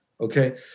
Okay